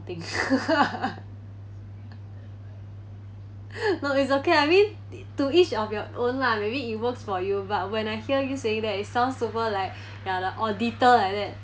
thing no is okay I mean to each of your own lah maybe it works for you but when I hear you saying that it sound super like ya the auditor like that